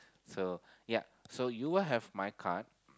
so yeah so you will have my card